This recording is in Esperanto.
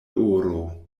oro